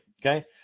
okay